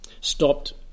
stopped